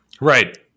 Right